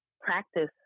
practice